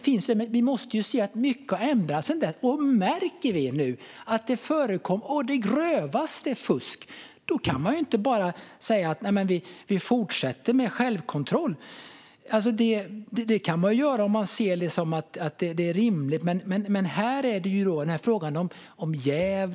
Om vi nu märker att det förekommer fusk å det grövsta kan vi inte bara säga att vi ska fortsätta med självkontroll. Det kan man göra om man ser att det är rimligt, men här är det ju fråga om jäv.